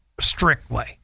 strictly